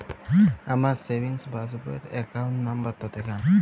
আমার সেভিংস পাসবই র অ্যাকাউন্ট নাম্বার টা দেখান?